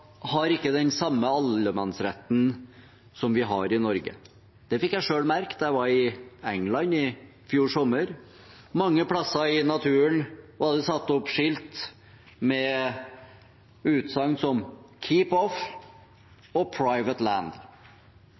har ikke den samme allemannsretten som vi har i Norge. Det fikk jeg selv merke da jeg var i England i fjor sommer. Mange plasser i naturen var det satt opp skilt med utsagn som «keep off» og «private land».